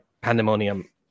pandemonium